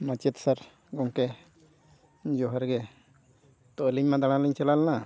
ᱢᱟᱪᱮᱫ ᱥᱟᱨ ᱜᱚᱢᱠᱮ ᱡᱚᱦᱟᱨ ᱜᱮ ᱛᱚ ᱟᱹᱞᱤᱧ ᱢᱟ ᱫᱟᱬᱟᱱ ᱞᱤᱧ ᱪᱟᱞᱟᱣ ᱞᱮᱱᱟ